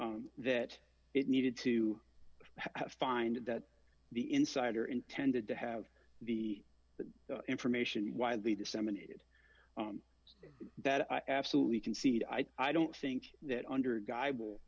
that it needed to find that the insider intended to have the information widely disseminated that i absolutely concede i don't think that under a guy will